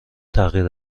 تغییر